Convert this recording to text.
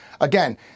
Again